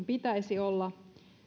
pitäisi olla